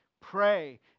Pray